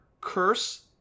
curse